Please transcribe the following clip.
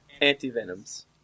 anti-venoms